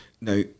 Now